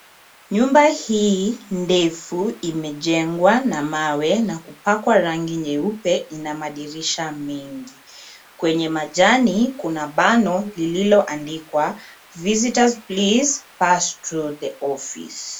Nyumba hii ndefu imejengwa na mawe na kupakwa rangi nyeupe, ina madirisha mengi. Kwenye majani kuna bano lililoandikwa Visitors please pass through the office .